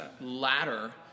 ladder